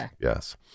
Yes